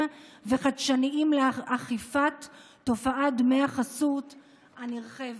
וחדשניים לאכיפת תופעת דמי החסות הנרחבת.